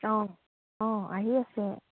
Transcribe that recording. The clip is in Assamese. অঁ অঁ আহি আছে